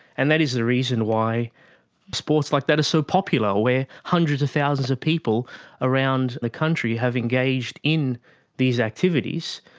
and that is the reason why sports like that are so popular or where hundreds of thousands of people around the country have engaged in these activities,